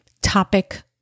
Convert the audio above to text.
topic